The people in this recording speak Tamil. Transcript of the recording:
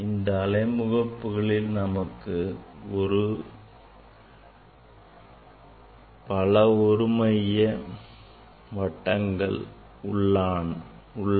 இந்த அலை முகப்புகளில் நமக்கு பல ஒரு மைய வட்டங்கள் உள்ளன